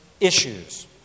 issues